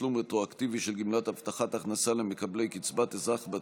תשלום רטרואקטיבי של גמלת הבטחת הכנסה למקבלי קצבת אזרח ותיק),